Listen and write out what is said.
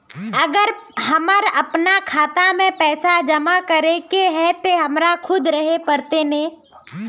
अगर हमर अपना खाता में पैसा जमा करे के है ते हमरा खुद रहे पड़ते ने?